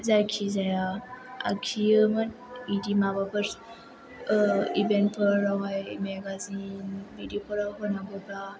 जायखिजाया आखियोमोन बिदि माबाफोर इबेन्टफोरावहाय मेगाजिन बिदिफोराव होनांगौबा